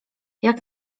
jak